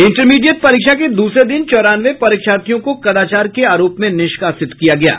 intermediate परीक्षा के दूसरे दिन चौरानवे परीक्षार्थियों को कदाचार के आरोप में निष्कासित किया गया है